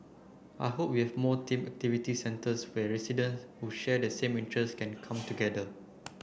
I hope we have more activity centres where residents who share the same interests can come together